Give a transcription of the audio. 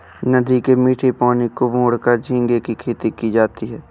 नदी के मीठे पानी को मोड़कर झींगे की खेती की जाती है